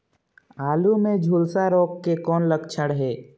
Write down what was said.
आलू मे झुलसा रोग के कौन लक्षण हे?